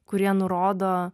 kurie nurodo